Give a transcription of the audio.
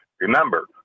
Remember